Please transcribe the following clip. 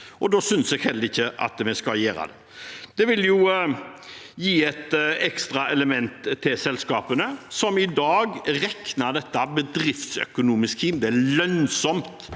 og da synes jeg heller ikke at vi skal gjøre det. Det ville gitt et ekstra element til selskapene, som i dag regner inn dette bedriftsøkonomisk. Det er lønnsomt